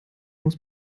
muss